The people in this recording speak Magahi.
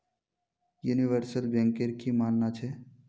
यूनिवर्सल बैंकेर की मानना छ